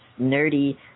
nerdy